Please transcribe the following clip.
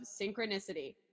synchronicity